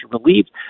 relieved